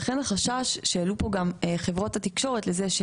לכן החשש שהעלו פה גם חברות התקשורת לזה,